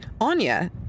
Anya